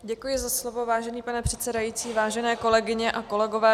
Děkuji za slovo, vážený pane předsedající, vážené kolegyně a kolegové.